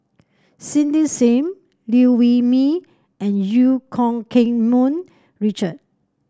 Cindy Sim Liew Wee Mee and Eu Keng Mun Richard